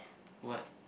what